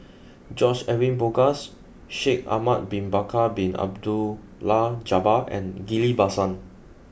George Edwin Bogaars Shaikh Ahmad bin Bakar Bin Abdullah Jabbar and Ghillie Basan